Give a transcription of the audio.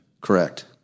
Correct